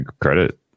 credit